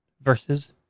versus